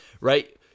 right